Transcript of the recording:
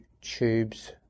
tubes